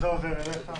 זה עובר אליך.